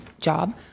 job